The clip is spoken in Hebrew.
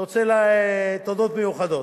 אני רוצה, תודות מיוחדות: